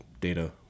data